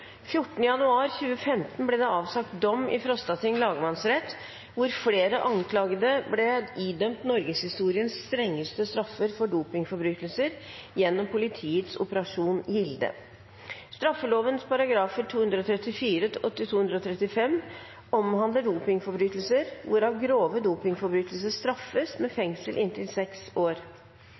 14. januar 2015 ble det avsagt dom i Frostating lagmannsrett hvor flere anklagede ble idømt norgeshistoriens strengeste straffer for dopingforbrytelser. Dopingetterforskningen fra Sør-Trøndelag skal være Europas største. Totalt har 131 personer over hele landet vært siktet i Operasjon Gilde.